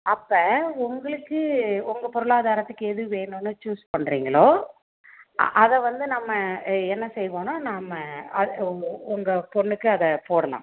அப்போ உங்களுக்கு உங்கள் பொருளாதாரத்துக்கு எது வேணும்னு சூஸ் பண்ணுறீங்களோ அதை வந்து நம்ம என்ன செய்வோன்னால் நம்ம அது உங்கள் உங்கள் பொண்ணுக்கு அதை போடலாம்